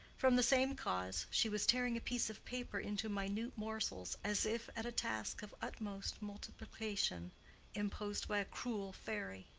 from the same cause she was tearing a piece of paper into minute morsels, as if at a task of utmost multiplication imposed by a cruel fairy.